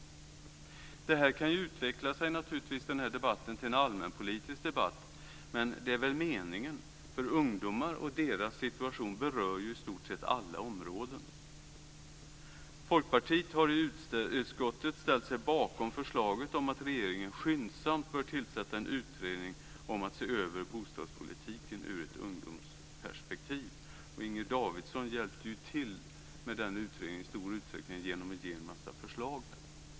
Den här debatten kan utveckla sig till en allmänpolitisk debatt, men det är väl meningen. Ungdomar och deras situation berör i stort sett alla områden. Folkpartiet har i utskottet ställt sig bakom förslaget om att regeringen skyndsamt bör tillsätta en utredning om att se över bostadspolitiken ur ett ungdomsperspektiv. Inger Davidson hjälpte i stor utsträckning till med den utredningen genom att här ge en mängd förslag.